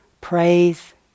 Praise